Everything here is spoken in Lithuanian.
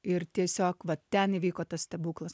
ir tiesiog va ten įvyko tas stebuklas